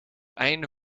einde